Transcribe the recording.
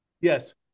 Yes